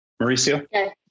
Mauricio